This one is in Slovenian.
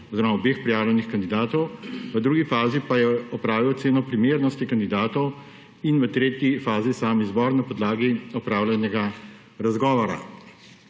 pogojev obeh prijavljenih kandidatov, v drugi fazi pa je opravil oceno primerno kandidatov in v tretji fazi sam izbor na podlagi opravljenega razgovora.